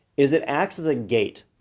is it acts as a gate.